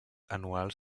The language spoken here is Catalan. anuals